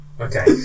Okay